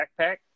backpack